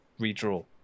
redraw